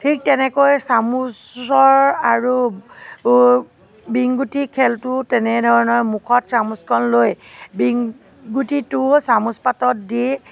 ঠিক তেনেকৈ চামুচৰ আৰু বিংগুটি খেলটো তেনেধৰণৰ মুখত চামুচখন লৈ বিংগুটিটো চামুচ পাতত দি